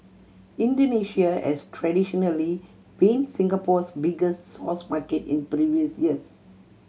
Indonesia has traditionally been Singapore's biggest source market in previous years